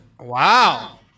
Wow